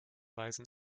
weisen